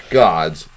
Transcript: gods